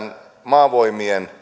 maavoimien